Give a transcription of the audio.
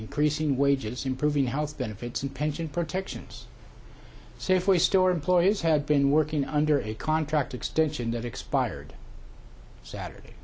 increasing wages improving health benefits and pension protections safeway store employees had been working under a contract extension that expired saturday